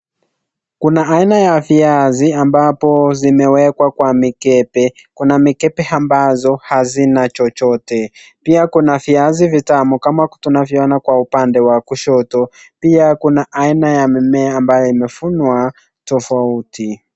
Kuna aina ya viazi ambazo zimewekwa kwa mikebe, kuna mikebe ambazo hazina chochote. Pia kuna viazi vitamu kama tunavyoona kwa upande wa kushoto. Pia kuna aina ya mmea ambayo imevunwa tofauti.